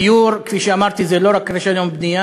דיור, כפי שאמרתי, זה לא רק אם יש היום בנייה,